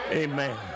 Amen